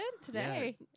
Today